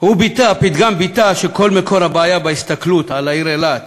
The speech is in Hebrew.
הפתגם ביטא שכל מקור הבעיה הוא בהסתכלות על העיר אילת